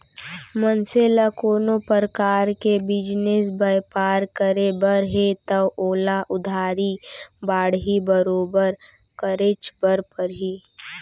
मनसे ल कोनो परकार के बिजनेस बयपार करे बर हे तव ओला उधारी बाड़ही बरोबर करेच बर परही